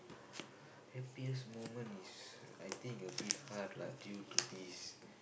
happiest moment is I think a bit hard lah due to this